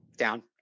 down